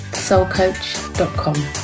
soulcoach.com